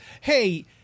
Hey